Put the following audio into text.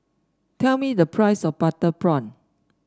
tell me the price of Butter Prawn